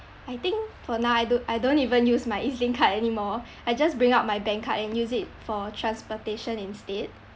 I think for now I do I don't even use my ezlink card anymore I just bring out my bank card and use it for transportation instead